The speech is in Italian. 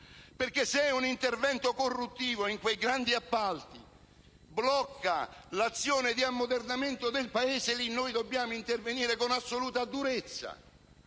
perché se un intervento corruttivo in quei grandi appalti blocca l'azione di ammodernamento del Paese, lì noi dobbiamo intervenire con assoluta durezza!